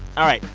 all right.